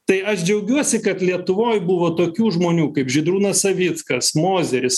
tai aš džiaugiuosi kad lietuvoj buvo tokių žmonių kaip žydrūnas savickas mozeris